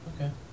Okay